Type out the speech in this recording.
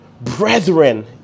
brethren